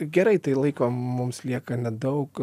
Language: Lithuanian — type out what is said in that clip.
gerai tai laiko mums lieka nedaug